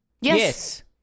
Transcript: Yes